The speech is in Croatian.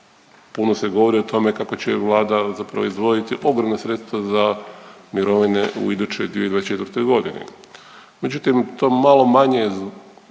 Puno se govori o tome kako će Vlada zapravo izdvojiti ogromna sredstva za mirovine u idućoj 2024. godini. Međutim, to malo manje dobro zvuči